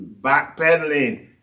backpedaling